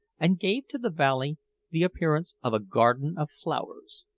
and gave to the valley the appearance of a garden of flowers.